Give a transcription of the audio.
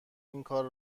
اینکار